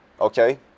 Okay